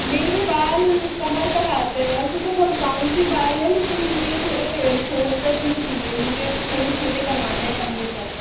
मेरे बाल कमर तक आते हैं वैसे तो बहुत बाउन्सी बाल है लेकिन मुझे थोड़े शॉर्ट कट में चहिए मुझे थोड़े छोटे करवाने हैं कंधे तक